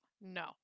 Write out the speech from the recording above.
no